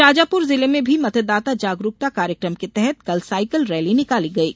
शाजापुर जिले में भी मतदाता जागरूकता कार्यकम के तहत कल साईकल रैली निकाली गयी